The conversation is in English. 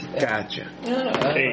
Gotcha